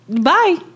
Bye